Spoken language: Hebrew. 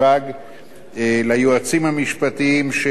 ליועצים המשפטיים של משרד הפנים,